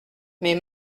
mais